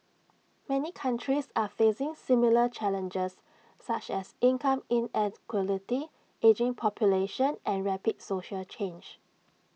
many countries are facing similar challenges such as income ageing population and rapid social change